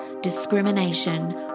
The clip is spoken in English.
discrimination